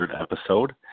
episode